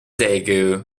daegu